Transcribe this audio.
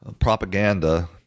propaganda